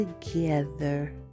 together